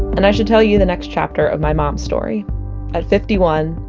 and i should tell you the next chapter of my mom's story at fifty one,